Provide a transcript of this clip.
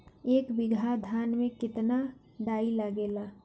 एक बीगहा धान में केतना डाई लागेला?